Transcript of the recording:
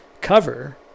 cover